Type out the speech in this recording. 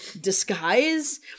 disguise